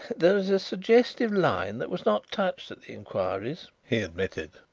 there is a suggestive line that was not touched at the inquiries, he admitted.